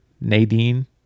Nadine